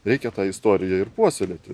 reikia tą istoriją ir puoselėti